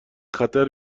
خطر